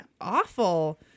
awful